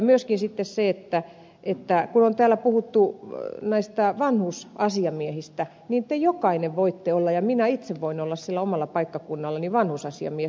myöskin kun täällä on puhuttu näistä vanhusasiamiehistä niin te jokainen voitte olla ja minä itse voin olla sillä omalla paikkakunnallani vanhusasiamies